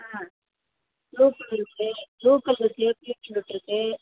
ஆ நூக்கல் இருக்குது நூக்கல் இருக்குது பீட்ரூட் இருக்குது